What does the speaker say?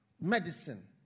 medicine